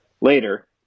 Later